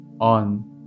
on